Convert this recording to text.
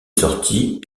sorti